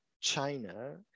China